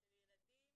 של ילדים